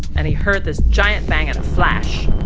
and he heard this giant bang and a flash